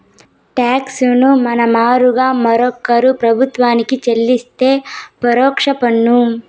talks ను మన మారుగా మరోరూ ప్రభుత్వానికి చెల్లిస్తే పరోక్ష పన్ను